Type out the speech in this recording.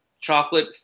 chocolate